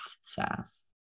SaaS